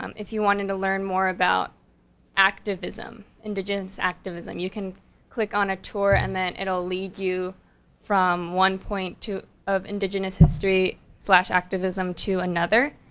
um if you wanted to learn more about activism, indigenous activism, you can click on a tour, and then it'll lead you from one point of indigenous history slash activism to another.